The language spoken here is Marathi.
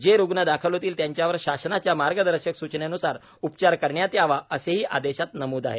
जे रुग्ण दाखल होतील त्यांच्यावर शासनाच्या मार्गदर्शक सूचनेनुसार उपचार करण्यात यावा असेही आदेशात नमूद आहे